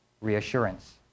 reassurance